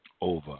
over